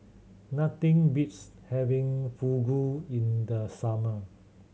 nothing beats having Fugu in the summer